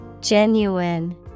Genuine